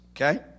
okay